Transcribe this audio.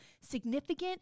significant